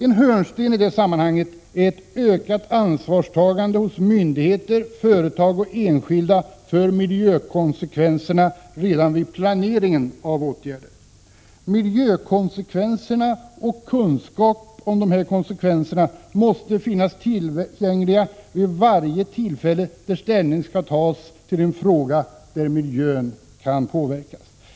En hörnsten i det sammanhanget är ett ökat ansvarstagande hos myndigheter, företag och enskilda för miljökonsekvenserna redan vid planeringen av åtgärder. Kunskapen om miljökonsekvenserna måste finnas tillgänglig vid varje tillfälle där ställning skall tas till en fråga där miljön kan påverkas.